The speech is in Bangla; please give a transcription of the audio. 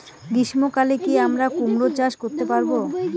গ্রীষ্ম কালে কি আমরা কুমরো চাষ করতে পারবো?